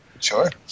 Sure